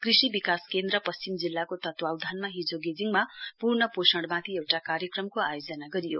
कृषि विकास केन्द्र पश्चिम जिल्लाको तत्वावधानमा हिजो गेजिङमा पूर्ण पोषणमाथि एउटा कार्यक्रमको आयोजना गरियो